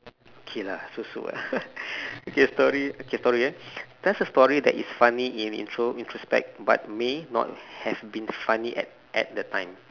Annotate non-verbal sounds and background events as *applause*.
okay lah so so ah *laughs* okay story okay story ah tell us a story that is funny in intro~ introspect but may not have been funny at at the time